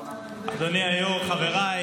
אדוני היו"ר, חבריי